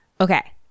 Okay